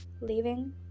leaving